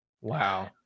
Wow